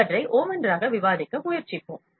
இவற்றை ஒவ்வொன்றாக விவாதிக்க முயற்சிப்போம்